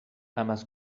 amas